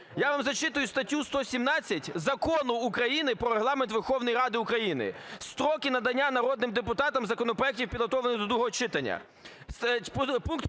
Я вам зачитую статтю 117 Закону України "Про Регламент Верховної Ради України" "Строки надання народним депутатам законопроектів, підготовлених до другого читання":